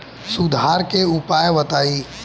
सुधार के उपाय बताई?